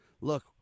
Look